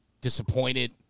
disappointed